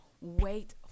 wait